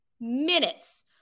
minutes